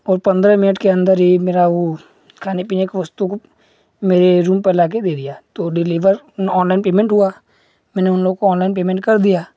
और पंद्रह मिनट के अंदर ही जो मेरा खाने पीने का वस्तु मेरे रूम पर लाकर दे दिया तो डिलीवर ऑनलाइन पेमेंट हुआ मैंने उन लोगों को ऑनलाइन पेमेंट कर दिया